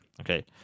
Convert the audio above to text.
Okay